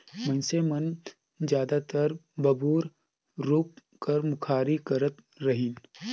मइनसे मन जादातर बबूर रूख कर मुखारी करत रहिन